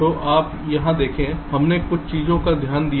तो आप यहां देखें हमने कुछ चीजों पर ध्यान दिया